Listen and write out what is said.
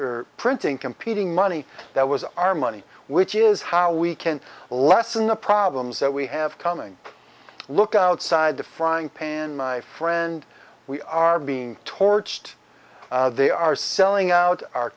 for printing competing money that was our money which is how we can lessen the problems that we have coming up look outside the frying pan my friend we are being torched they are selling out our